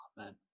Amen